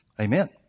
amen